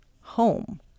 home